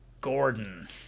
Gordon